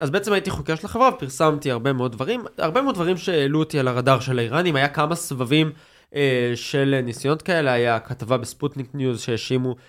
אז בעצם הייתי חוקר של החברה ופרסמתי הרבה מאוד דברים, הרבה מאוד דברים שהעלו אותי על הרדאר של האיראנים, היה כמה סבבים של ניסיונות כאלה, היה כתבה בספוטניק ניוז שהאשימו